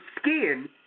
skin